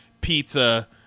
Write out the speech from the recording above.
pizza